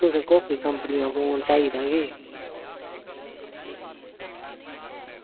तुसें कोह्की कंपनी दा फोन चाहिदा जी